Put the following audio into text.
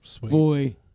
boy